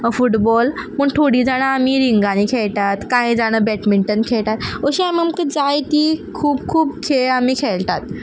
football पूण थोडीं जाणां आमी रिंगानीं खेळटात कांय जाणां बॅडमींटन खेळटात अशें आमी आमकां जाय ती खूब खूब खेळ आमी खेळटात